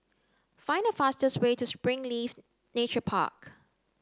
find the fastest way to Springleaf Nature Park